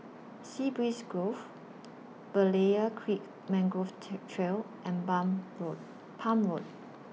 Sea Breeze Grove Berlayer Creek Mangrove Trail and bum Road Palm Road